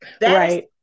Right